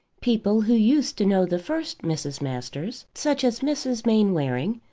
people who used to know the first mrs. masters, such as mrs. mainwaring,